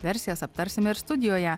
versijas aptarsime ir studijoje